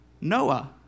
Noah